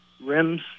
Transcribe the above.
rims